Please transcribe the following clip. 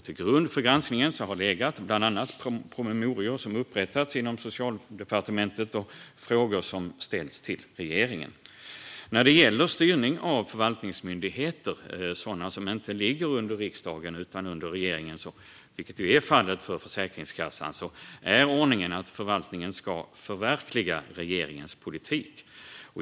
Till grund för granskningen har legat bland annat promemorior som upprättats inom Socialdepartementet och frågor som ställts till regeringen. När det gäller styrning av förvaltningsmyndigheter, sådana som inte ligger under riksdagen utan under regeringen, vilket är fallet för Försäkringskassan, är ordningen att förvaltningen ska förverkliga regeringens politik.